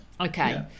Okay